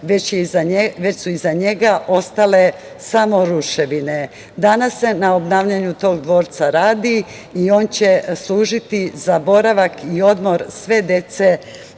već su iza njega ostale samo ruševine. Danas se na obnavljanju tog dvorca radi i on će služiti za boravak i odmor sve dece